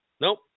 Nope